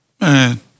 Man